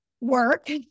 work